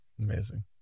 amazing